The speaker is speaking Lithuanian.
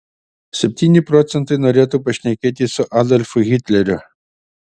septyni procentai norėtų pašnekėti su adolfu hitleriu